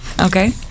Okay